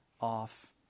off